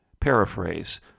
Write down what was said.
paraphrase